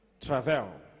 Travel